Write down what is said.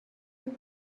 you